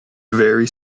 very